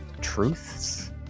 truths